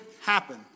happen